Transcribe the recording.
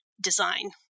design